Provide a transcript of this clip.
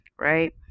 right